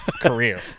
career